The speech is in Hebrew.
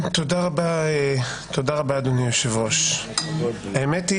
תודה רבה, אדוני היושב-ראש, האמת היא